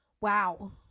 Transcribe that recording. wow